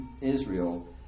Israel